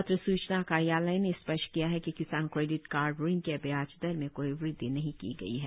पत्र सूचना कार्यालय ने स्पष्ट किया है कि किसान क्रेडिट कार्ड ऋण के ब्याज दर में कोई वृद्धि नहीं की गई है